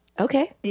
Okay